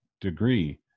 degree